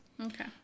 Okay